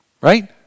right